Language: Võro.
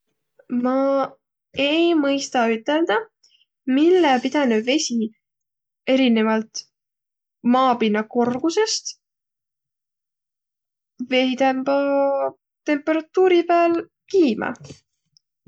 Ma ei mõistaq üteldäq, mille pidänüq vesi, erinevält maapinna korgusõst veidembä temperatuuri pääl kiimä.